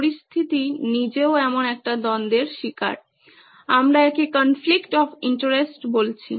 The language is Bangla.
পরিস্থিতি নিজেও এমন একটি দ্বন্দ্বের শিকার আমরা একে কনফ্লিকট অফ ইন্টারেস্ট বলছি